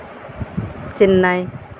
Chennai